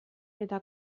eta